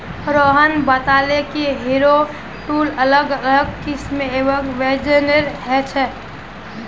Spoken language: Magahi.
रोहन बताले कि हैरो टूल अलग अलग किस्म एवं वजनेर ह छे